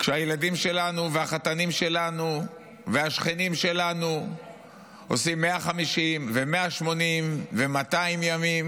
כשהילדים שלנו והחתנים שלנו והשכנים שלנו עושים 150 ו-180 ו-200 ימים?